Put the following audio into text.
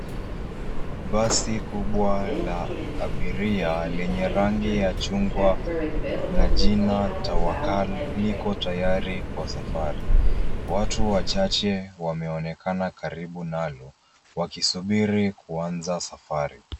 Basi kubwa la abiria lenye rangi ya chungwa na jina Tawakal liko tayari kwa safari. Watu wachache wameonekana karibu nalo wakisubiri kuanza safari.